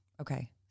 Okay